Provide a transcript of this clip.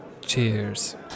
Cheers